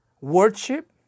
worship